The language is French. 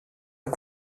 est